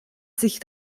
sich